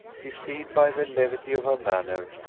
deceived by the levity of her manner,